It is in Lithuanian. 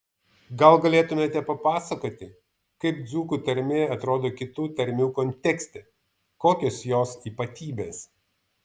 gal galėtumėte papasakoti kaip dzūkų tarmė atrodo kitų tarmių kontekste kokios jos ypatybės